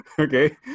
Okay